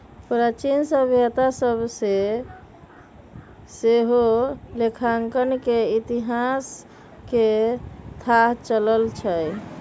प्राचीन सभ्यता सभ से सेहो लेखांकन के इतिहास के थाह चलइ छइ